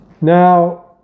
Now